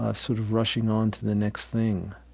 ah sort of rushing on to the next thing